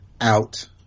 out